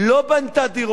לא בנתה דירות אחרות,